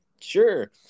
sure